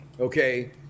Okay